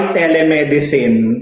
telemedicine